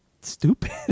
stupid